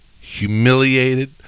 humiliated